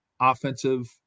offensive